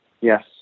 Yes